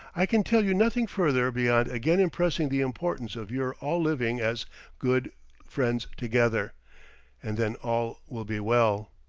i can tell you nothing further beyond again impressing the importance of your all living as good friends together and then all will be well.